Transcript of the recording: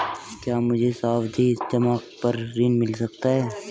क्या मुझे सावधि जमा पर ऋण मिल सकता है?